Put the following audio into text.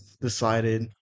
decided